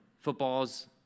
footballs